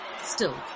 Still